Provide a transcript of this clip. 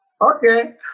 Okay